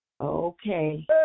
Okay